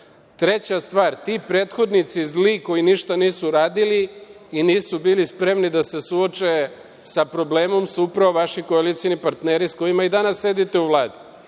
stvar, ti prethodnici zli koji ništa nisu radili i nisu bili spremni da se suoče sa problemom su upravo vaši koalicioni partneri sa kojima i danas sedite u Vladi.